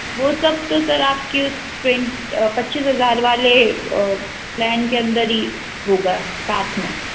वह सब तो सर आपके उस ट्वें पच्चीस हज़ार वाले प्लान के अंदर ही होगा साथ में